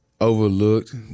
overlooked